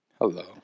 Hello